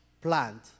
plant